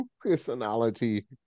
personality